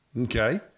Okay